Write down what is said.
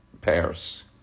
Paris